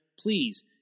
please